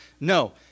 No